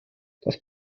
das